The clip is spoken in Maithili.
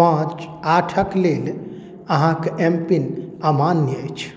पाँच आठके लेल अहाँके एम पिन अमान्य अछि